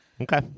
Okay